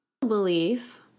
Belief